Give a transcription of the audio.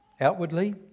Outwardly